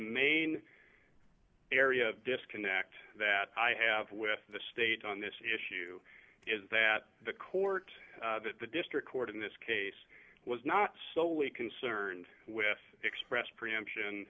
main area of disconnect that i have with the state on this issue is that the court that the district court in this case was not solely concerned with expressed preemption